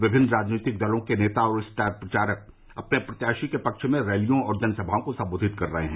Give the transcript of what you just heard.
विभिन्न राजनीतिक दलों के नेता और स्टार प्रचारक अपने प्रत्याशी के पक्ष में रैलियों और जनसभाओं को सम्बोधित कर रहे हैं